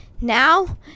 now